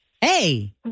Hey